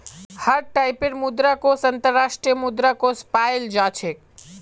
हर टाइपेर मुद्रा कोष अन्तर्राष्ट्रीय मुद्रा कोष पायाल जा छेक